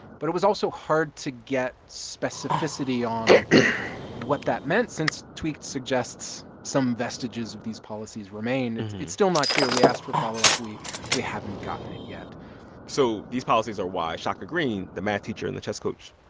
but it was also hard to get specificity on what that meant since tweaked suggests some vestiges of these policies remain. it's still not clear. we asked for follow up. we we haven't gotten it yet so these policies are why shaka greene, the math teacher and the chess coach,